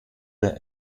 der